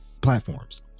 platforms